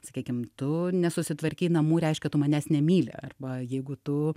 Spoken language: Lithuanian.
sakykim tu nesusitvarkei namų reiškia tu manęs nemyli arba jeigu tu